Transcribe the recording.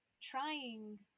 trying